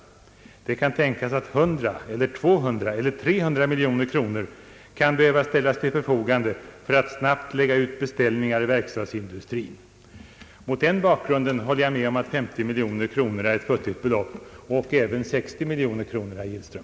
Det kan tänkas att 100 eller 200 eller 300 miljoner kronor kan behöva ställas till förfogande för att snabbt lägga ut beställningar i verkstadsindustrien». Mot den bakgrunden håller jag med om att 50 miljoner är ett futtigt belopp — och även 60 miljoner kronor, herr Gillström.